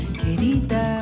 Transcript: querida